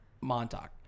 Montauk